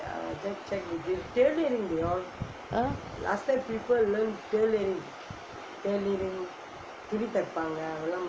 ah